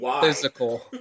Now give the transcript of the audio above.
physical